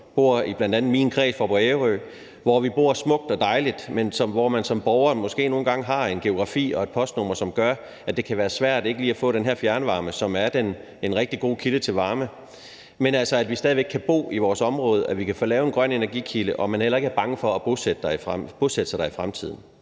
som bor i bl.a. min kreds, som er på Ærø, hvor vi bor smukt og dejligt, men hvor vi som borgere nogle gange måske har en geografi og et postnummer, som gør, at det kan være svært lige at få den her fjernvarme, som er en rigtig god kilde til opvarmning. Det gør, at vi stadig væk kan bo i vores område og have varme fra en grøn energikilde, og at man heller ikke er bange for at bosætte sig der i fremtiden.